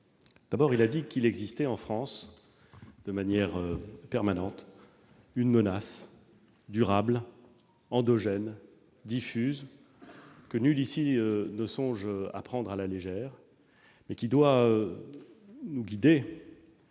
D'abord, il a dit qu'il existe en France, de manière permanente, une menace durable, endogène, diffuse, que nul ici ne songe à prendre à la légère, mais qui doit nous guider,